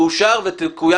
אם היא תמצא כן בעיניהם.